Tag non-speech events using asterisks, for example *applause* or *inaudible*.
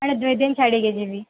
*unintelligible* ଦୁଇ ଦିନ୍ ଛାଡ଼ିକି ଯିମିଁ